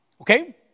Okay